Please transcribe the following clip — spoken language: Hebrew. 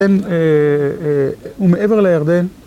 ומעבר לירדן